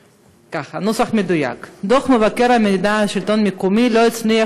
נוסח מדויק: דוח מבקר המדינה על השלטון המקומי לא הצליח